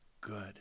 good